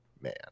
man